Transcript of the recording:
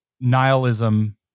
nihilism